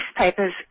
newspapers